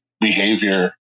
behavior